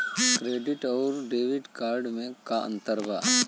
Credit अउरो debit card मे का अन्तर बा?